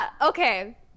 Okay